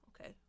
Okay